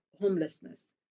homelessness